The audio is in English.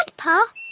Grandpa